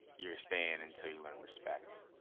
you're staying until you learn respect.